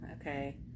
okay